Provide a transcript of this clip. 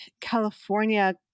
California